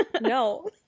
No